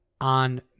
on